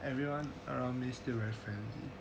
everyone around me still mention that